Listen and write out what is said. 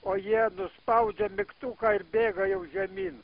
o jie nuspaudžia mygtuką ir bėga jau žemyn